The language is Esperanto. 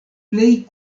plej